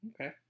okay